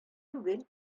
түгел